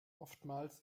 oftmals